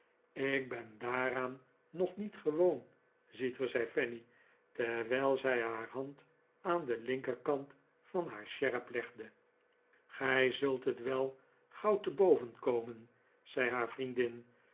ik ben daaraan nog niet gewoon ziet ge zei fanny terwijl zij haar hand aan den linkerkant van haar sjerp legde gij zult het wel gauw te boven komen zei haar vriendin